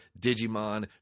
Digimon